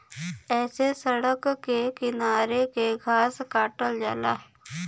ऐसे सड़क के किनारे के घास काटल जाला